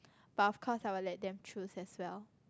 but of course I will let them choose as well